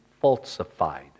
falsified